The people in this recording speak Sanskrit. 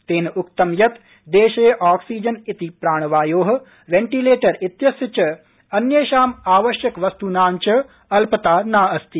तेन उक्तं यत् देशे आक्सीजन इति प्राणवायो वेंटिलेटर इत्यस्य अन्येषाम् आवश्यकवस्तूनां च अल्पता नास्ति